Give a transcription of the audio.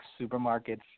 supermarkets